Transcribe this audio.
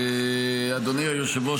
אדוני היושב-ראש,